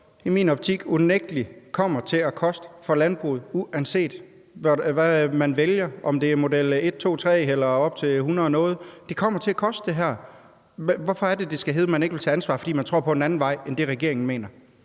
i min optik unægtelig kommer til at koste for landbruget, uanset hvad man vælger, altså om det er model et, to, tre eller op til model hundrede og noget. Det kommer til at koste det her. Hvorfor er det, at det skal hedde, at man ikke vil tage ansvar, fordi man tror på en anden vej, end det regeringen mener?